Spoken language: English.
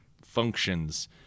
functions